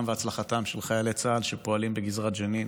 והצלחתם של חיילי צה"ל שפועלים בגזרת ג'נין,